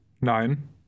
Nein